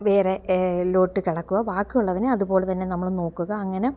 വേറെ ലോട്ട് കിടക്കുകയാണ് ബാക്കി ഉള്ളതിനെ അതു പോലെതന്നെ നമ്മൾ നോക്കുക അങ്ങനെ